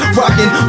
rocking